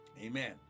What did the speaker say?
Amen